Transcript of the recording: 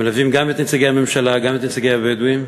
מלווים גם את נציגי הממשלה, גם את נציגי הבדואים,